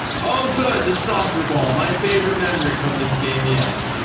oh, good the soccer ball, my favorite memory from this game yet.